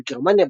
בגרמניה,